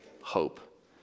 hope